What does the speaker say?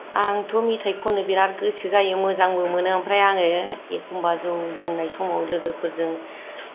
आंथ' मेथाइ खननो बेराद गोसो जायो मोजांबो मोनो ओमफ्राय आङो एखम्बा जौ लोंनाय समाव लोगोफोरजों